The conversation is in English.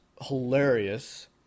hilarious